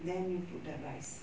then you put the rice